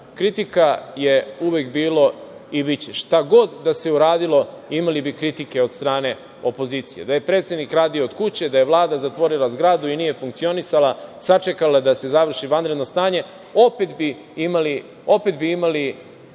Kritika je uvek bilo i biće, šta god da se uradilo imali bi kritike od strane opozicije, da je predsednik radio od kuće, da je Vlada zatvorila zgradu i nije funkcionisala, sačekala da se završi vanredno stanje, opet bi imali